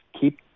keep